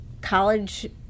college